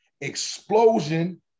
explosion